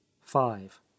five